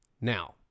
Now